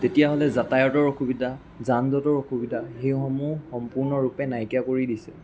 তেতিয়াহ'লে যাতায়তৰ অসুবিধা যানযতৰ অসুবিধা সেইসমূহ সম্পূৰ্ণৰূপে নাইকিয়া কৰি দিছে